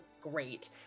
great